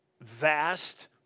vast